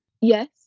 Yes